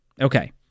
Okay